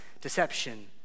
deception